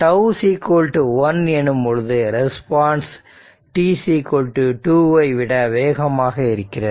τ 1 எனும் பொழுது ரெஸ்பான்ஸ் τ 2 வை விட வேகமாக இருக்கிறது